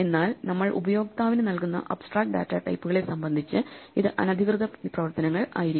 എന്നാൽ നമ്മൾ ഉപയോക്താവിന് നൽകുന്ന അബ്സ്ട്രാക്ട് ഡാറ്റാടൈപ്പുകളെ സംബന്ധിച്ച് ഇത് അനധികൃത പ്രവർത്തനങ്ങൾ ആയിരിക്കും